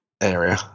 area